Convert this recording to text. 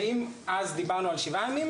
שאם אז דיברנו על שבעה ימים